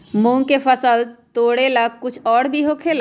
मूंग के फसल तोरेला कुछ और भी होखेला?